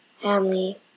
Family